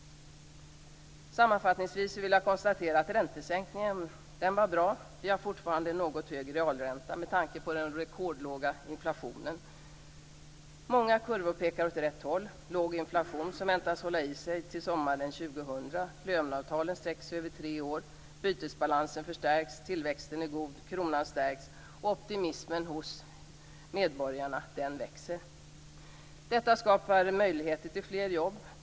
Sammanfattningsvis vill jag konstatera att räntesänkningen var bra. Vi har fortfarande en något hög realränta med tanke på den rekordlåga inflationen. Många kurvor pekar åt rätt håll. Vi har låg inflation som väntas hålla i sig till sommaren 2000, löneavtalen sträcker sig över tre år, bytesbalansen förstärks, tillväxten är god, kronan stärks och optimismen hos medborgarna växer. Detta skapar möjligheter till fler jobb.